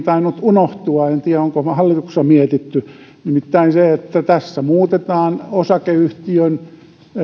tainnut unohtua en tiedä onko hallituksessa mietitty nimittäin tässä muutetaan osakeyhtiön